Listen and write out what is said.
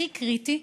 הכי קריטי,